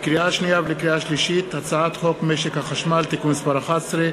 לקריאה שנייה ולקריאה שלישית: הצעת חוק משק החשמל (תיקון מס' 11),